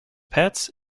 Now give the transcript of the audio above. pets